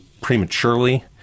prematurely